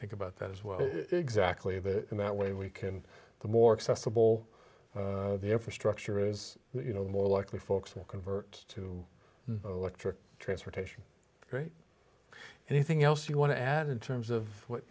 think about that as well exactly of it and that way we can the more accessible the infrastructure is you know the more likely folks will convert to electric transportation great anything else you want to add in terms of what